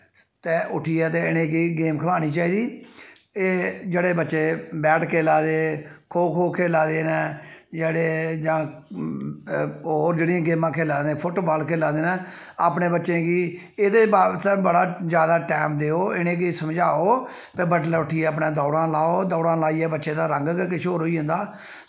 ते उट्ठियै ते इ'नें गी गेम खलानी चाहिदी एह् जेह्ड़े बच्चे बैट खेल्ला दे खो खो खेल्ला दे न जेह्ड़े जां होर जेह्ड़ियां गेमां खेल्ला दे न फुट्ट बॉल खेल्ला दे न अपने बच्चें गी एह्दे बास्तै बड़ा टैम देओ इ'नें गी समझाओ ते बड्डलै उट्ठियै अपने दौड़ां लाओ दौडां लाइयै बच्चे दा रंग गै किश होर होई जंदा